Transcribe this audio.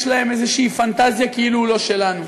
להם איזו פנטזיה כאילו הוא לא שלנו.